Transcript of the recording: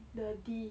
the D